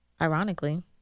ironically